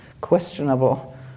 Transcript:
questionable